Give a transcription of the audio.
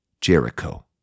Jericho